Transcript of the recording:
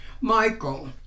Michael